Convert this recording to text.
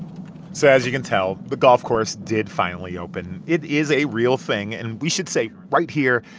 so as you can tell, the golf course did finally open. it is a real thing, and we should say, right here,